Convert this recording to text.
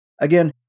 Again